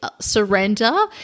Surrender